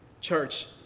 church